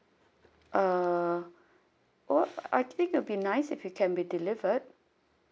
uh oh I think it'd be nice if it can be delivered